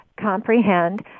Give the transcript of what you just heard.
comprehend